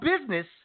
business